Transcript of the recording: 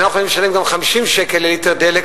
שאנחנו יכולים לשלם גם 50 שקל לליטר דלק,